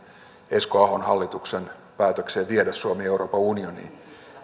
esko ahon hallituksen päätökseen viedä suomi euroopan unioniin